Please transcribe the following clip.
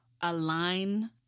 align